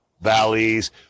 valleys